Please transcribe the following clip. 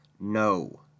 No